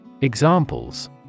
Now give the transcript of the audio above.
Examples